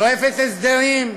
שואפת הסדרים.